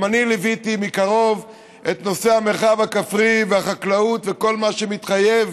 גם אני ליוויתי מקרוב את נושא המרחב הכפרי והחקלאות וכל מה שמתחייב